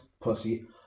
Pussy